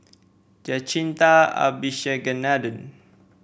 Jacintha Abisheganaden